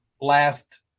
last